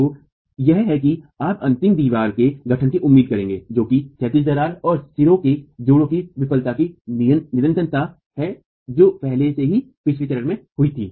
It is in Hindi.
तो यह है कि आप अंतिम दरार के गठन की उम्मीद करेंगे जो कि क्षैतिज दरार और सिरों के जोड़ों की विफलता की निरंतरता है जो पहले से ही पिछले चरण में हुई थी